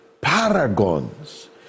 paragons